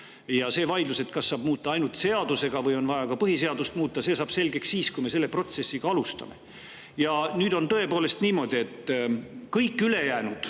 Ja see vaidlus, et kas saab muuta ainult seadusega või on vaja ka põhiseadust muuta, saab selgeks siis, kui me seda protsessi alustame. Ja on tõepoolest niimoodi, et kõik ülejäänud